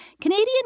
Canadian